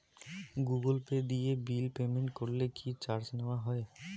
Google Pay দিয়ে bill payment করলে কি চার্জ নেওয়া হয়?